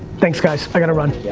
thanks guys, i gotta run.